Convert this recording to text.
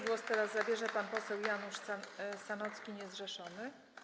Głos teraz zabierze pan poseł Janusz Sanocki, niezrzeszony.